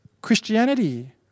Christianity